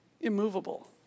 immovable